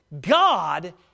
God